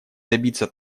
добиться